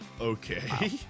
okay